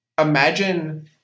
imagine